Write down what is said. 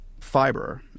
fiber